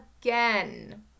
again